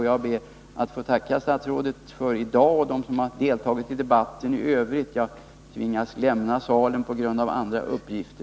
Jag ber att få tacka statsrådet och de ledamöter som har deltagit i debatten för i dag. Jag tvingas lämna kammaren på grund av andra uppgifter.